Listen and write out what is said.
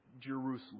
Jerusalem